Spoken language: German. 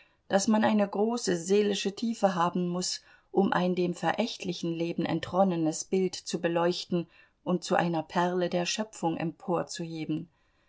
daß man eine große seelische tiefe haben muß um ein dem verächtlichen leben entronnenes bild zu beleuchten und zu einer perle der schöpfung